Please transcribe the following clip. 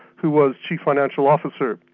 who was chief financial officer,